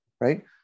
Right